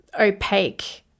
opaque